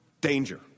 danger